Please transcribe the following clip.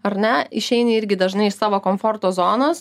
ar ne išeini irgi dažnai iš savo komforto zonos